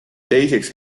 teiseks